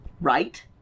Right